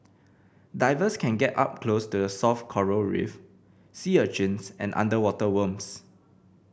divers can get up close the soft coral reef sea urchins and underwater worms